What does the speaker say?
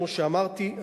כמו שאמרתי,